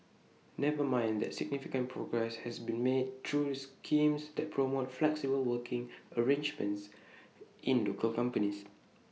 never mind that significant progress has been made through schemes that promote flexible working arrangements in local companies